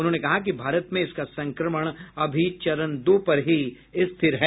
उन्होंने कहा कि भारत में इसका संक्रमण अभी चरण दो पर ही स्थिर है